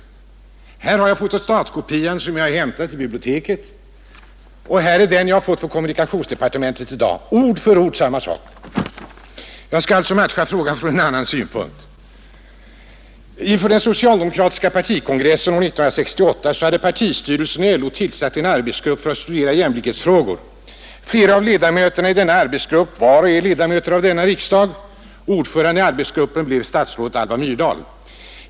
Jag har här en fotostatkopia av det svaret som jag har hämtat i biblioteket och det svar jag för några minuter sedan fick av kommunikationsministern, det är samma svar ord för ord. Jag skall därför beröra frågan ur en annan synpunkt. Inför den socialdemokratiska partikongressen år 1968 hade partistyrelsen och LO tillsatt en arbetsgrupp som skulle studera jämlikhetsfrågor. Flera av ledamöterna i denna arbetsgrupp var och är ledamöter av denna riksdag. Ordförande i arbetsgruppen blev statsrådet Alva Myrdal.